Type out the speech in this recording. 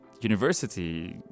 university